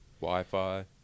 wi-fi